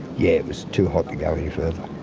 yeah it was too hot to go any further.